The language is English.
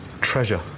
treasure